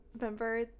Remember